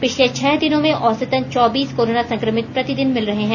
पिछले छह दिनों में औसतन चौबीस कोरोना संकमित प्रतिदिन मिल रहे हैं